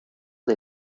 des